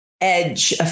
edge